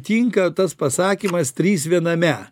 tinka tas pasakymas trys viename